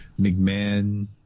McMahon